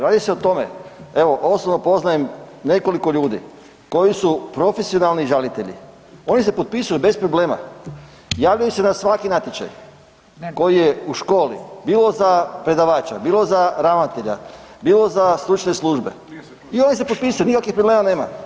Radi se o tome evo osobno poznajem nekoliko ljudi koji su profesionalni žalitelji, oni se potpisuju bez problema, javljaju se na svaki natječaj koji je u školi, bilo za predavača, bilo za ravnatelja, bilo za stručne službe i oni se potpisuju nikakvih problema nema.